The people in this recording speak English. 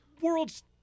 world's